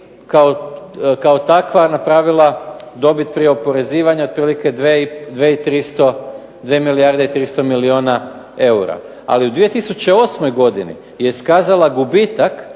kao takva napravila dobit prije oporezivanja otprilike 2 milijarde i 300 milijuna eura. Ali u 2008. godini je iskazala gubitak,